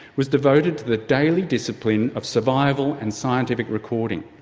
was devoted to the daily discipline of survival and scientific recording.